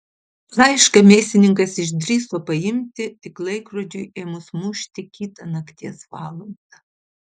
laišką mėsininkas išdrįso paimti tik laikrodžiui ėmus mušti kitą nakties valandą